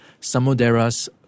Samudera's